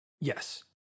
Yes